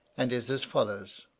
and is as follows